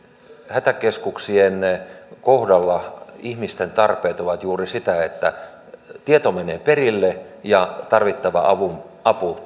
hätäkeskuksien kohdalla ihmisten tarpeet ovat juuri sitä että tieto menee perille ja tarvittava apu apu